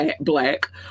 black